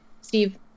Steve